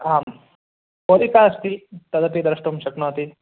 आं पोलिका अस्ति तदपि द्रष्टुं शक्नोति